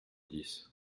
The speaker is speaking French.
dix